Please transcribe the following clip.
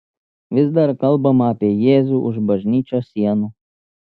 vis dar kalbama apie jėzų už bažnyčios sienų